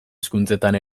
hizkuntzetan